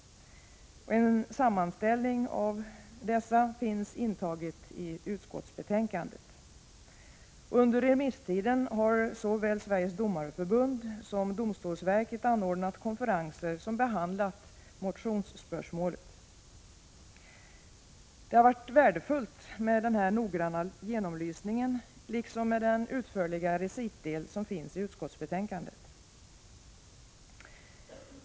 En sammanställning av dessa finns intagen i utskottsbetänkandet. Under remisstiden har såväl Sveriges domareförbund som domstolsverket anordnat konferenser som behandlat motionsspörsmålet. Det har varit värdefullt med denna noggranna genomlysning liksom med den utförliga recitdel som finns i utskottsbetänkandet.